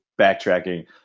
backtracking